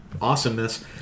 awesomeness